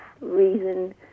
reason